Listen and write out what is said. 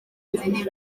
n’ibindi